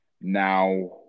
Now